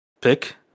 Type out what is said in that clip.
pick